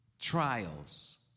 Trials